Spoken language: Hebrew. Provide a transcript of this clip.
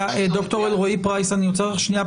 אני עוצר אותך לרגע.